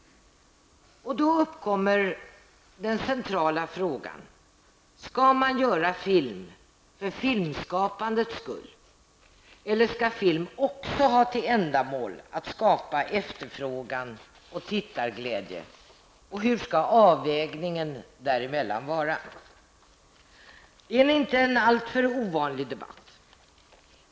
Då uppkommer den centrala frågan: Skall man göra film för filmskapandets skull, eller skall film också ha till ändamål att skapa efterfrågan och tittarglädje? Och hur skall avvägningen däremellan vara? Det är en inte alltför ovanlig debatt.